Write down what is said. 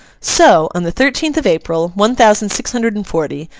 so, on the thirteenth of april, one thousand six hundred and forty,